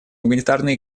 гуманитарные